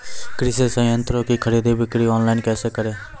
कृषि संयंत्रों की खरीद बिक्री ऑनलाइन कैसे करे?